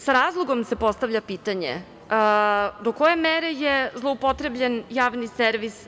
Sa razlogom se postavlja pitanje – do koje mere je zloupotrebljen javni servis?